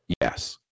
Yes